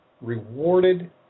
rewarded